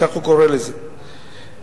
כדי להביע הזדהות עם הדרישות של מרכז השלטון